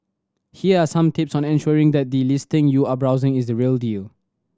here are some tips on ensuring that the listing you are browsing is the real deal